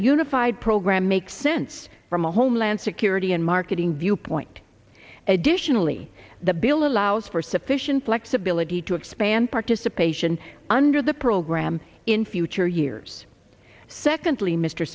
unified program makes sense from a homeland security and marketing viewpoint additionally the bill allows for sufficient flexibility to expand participation under the program in future years secondly mr